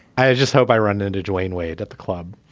i just hope i run into dwayne wade at the club.